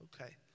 Okay